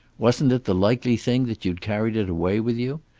wasn't it the likely thing that you'd carried it away with you?